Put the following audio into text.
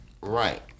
Right